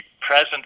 present